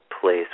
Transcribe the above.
place